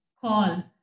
call